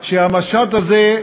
שהמשט הזה,